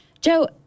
Joe